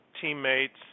teammates